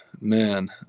man